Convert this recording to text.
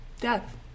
death